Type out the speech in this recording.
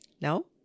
No